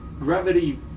gravity